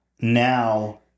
now